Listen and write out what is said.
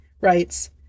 writes